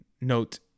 Note